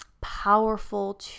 powerful